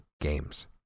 games